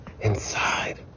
inside